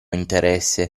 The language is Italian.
interesse